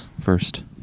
first